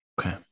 Okay